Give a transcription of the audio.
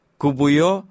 kubuyo